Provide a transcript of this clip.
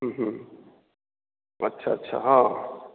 हुँ हुँ अच्छा अच्छा हँ